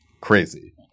crazy